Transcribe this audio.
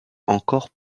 encore